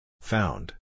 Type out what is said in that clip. Found